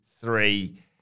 three